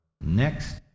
Next